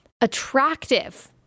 attractive